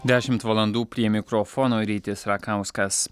dešimt valandų prie mikrofono rytis rakauskas